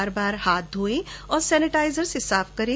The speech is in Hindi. बार बार हाथ धोएं या सेनेटाइजर से साफ करें